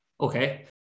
okay